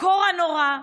בקור הנורא,